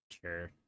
Sure